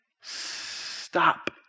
stop